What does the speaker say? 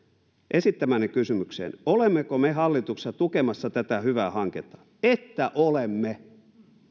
esittämäänne kysymykseen olemmeko me hallituksessa tukemassa tätä hyvää hanketta että olemme